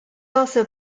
also